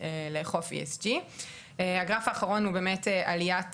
לאכוף ESG. הגרף האחרון הוא באמת עליית